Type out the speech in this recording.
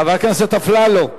חבר הכנסת אפללו,